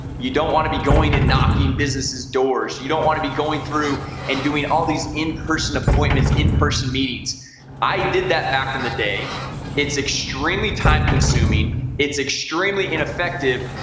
you don't want to be going and knocking businesses doors you don't want to be going through and doing all these in-person appointments in-person meetings i and did that and the day it's extremely time-consuming it's extremely ineffective.